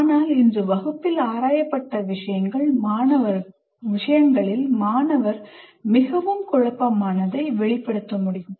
ஆனால் இன்று வகுப்பில் ஆராயப்பட்ட விஷயங்களில் மாணவர் மிகவும் குழப்பமானதை வெளிப்படுத்த முடியும்